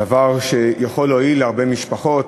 דבר שיכול להועיל להרבה משפחות,